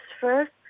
first